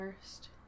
first